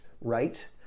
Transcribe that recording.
right